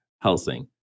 Helsing